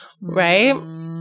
right